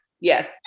Yes